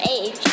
age